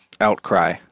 outcry